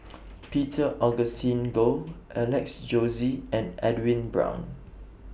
Peter Augustine Goh Alex Josey and Edwin Brown